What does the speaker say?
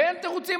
ואין תירוצים,